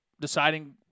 deciding